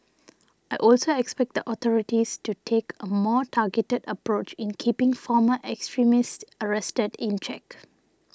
I also expect the authorities to take a more targeted approach in keeping former extremists arrested in check